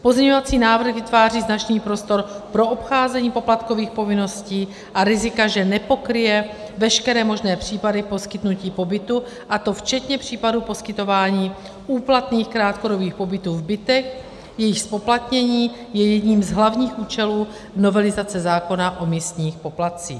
Pozměňovací návrh vytváří značný prostor pro obcházení poplatkových povinností a rizika, že nepokryje veškeré možné případy poskytnutí pobytu, a to včetně případů poskytování úplatných krátkodobých pobytů v bytech, jejichž zpoplatnění je jedním z hlavních účelů novelizace zákona o místních poplatcích.